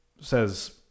says